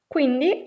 Quindi